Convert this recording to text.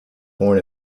born